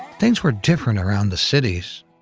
things were different around the cities,